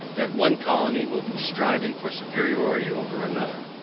that one colony will be striving for superiority over another.